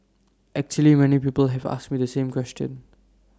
actually many people have asked me the same question